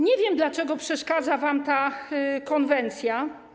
Nie wiem, dlaczego przeszkadza wam ta konwencja.